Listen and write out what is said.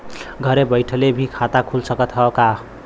घरे बइठले भी खाता खुल सकत ह का?